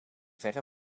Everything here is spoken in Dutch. verre